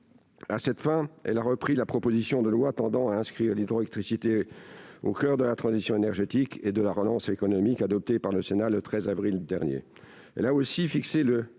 À cette fin, elle a repris les dispositions de la proposition de loi tendant à inscrire l'hydroélectricité au coeur de la transition énergétique et de la relance économique, adoptée par le Sénat le 13 avril dernier. Elle a aussi fixé le